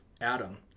Adam